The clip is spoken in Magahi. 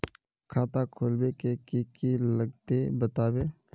खाता खोलवे के की की लगते बतावे?